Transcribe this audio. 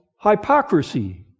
hypocrisy